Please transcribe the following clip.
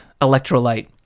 electrolyte